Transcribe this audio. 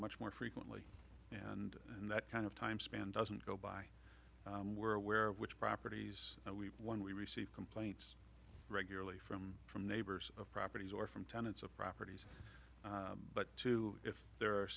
much more frequently and that kind of time span doesn't go by we're aware of which properties we won we receive complaints regularly from from neighbors of properties or from tenants of properties but if there a